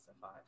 five